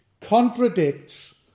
contradicts